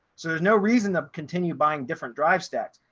so there's no reason to continue buying different drive stacks.